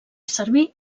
servir